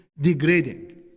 degrading